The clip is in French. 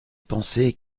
pensée